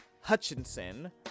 Hutchinson